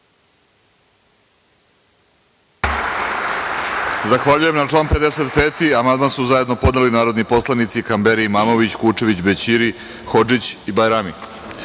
Zahvaljujem. Na član 55. amandman su zajedno podneli narodni poslanici Kamberi, Imamović, Kučević, Bećiri, Hodžić i Bajrami. Na